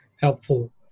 helpful